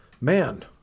man